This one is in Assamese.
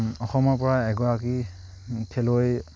অসমৰপৰা এগৰাকী খেলুৱৈ